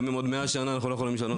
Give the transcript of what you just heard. גם בעוד 100 שנים לא נוכל,